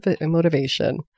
motivation